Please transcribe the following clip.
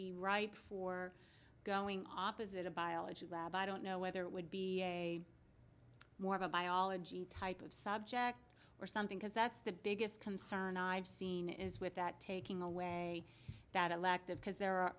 be ripe for going opposite a biology lab i don't know whether it would be a more about biology type of subject or something because that's the biggest concern i've seen is with that taking away that elective because there